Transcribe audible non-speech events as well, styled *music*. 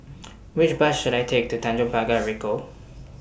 *noise* Which Bus should I Take to Tanjong Pagar Ricoh